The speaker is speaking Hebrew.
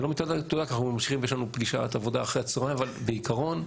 אנחנו ממשיכים ויש לנו פגישת עבודה אחרי הצהריים אבל בעיקרון,